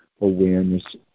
awareness